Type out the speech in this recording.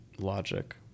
logic